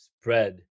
spread